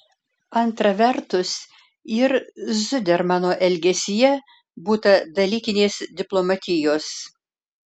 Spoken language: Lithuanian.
antra vertus ir zudermano elgesyje būta dalykinės diplomatijos